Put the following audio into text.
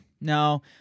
no